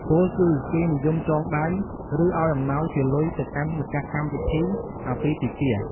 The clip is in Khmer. ពោលគឺ គេនិយមចងដៃ ឬ ឱ្យអំណោយជាលុយទៅកាន់ម្ចាស់កម្មវិធីអាពាហ៍ពិពាហ៍។